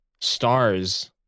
stars